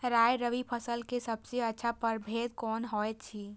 राय रबि फसल के सबसे अच्छा परभेद कोन होयत अछि?